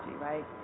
right